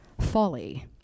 folly